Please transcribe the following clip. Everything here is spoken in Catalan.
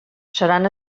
seran